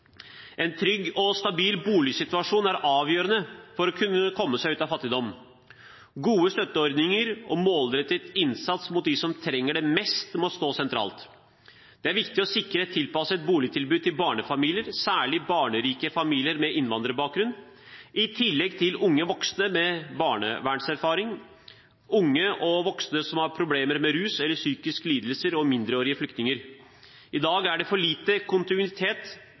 avgjørende for å kunne komme seg ut av fattigdom. Gode støtteordninger og målrettet innsats mot dem som trenger det mest, må stå sentralt. Det er viktig å sikre et tilpasset boligtilbud til barnefamilier, særlig barnerike familier med innvandrerbakgrunn, i tillegg til unge voksne med barnevernserfaring, unge og voksne som har problemer med rus eller psykiske lidelser og mindreårige flyktninger. I dag er det for lite kontinuitet